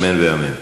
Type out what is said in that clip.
אמן ואמן.